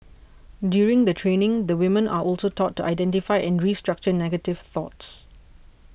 during the training the women are also taught to identify and restructure negative thoughts